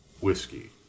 whiskey